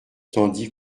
tandis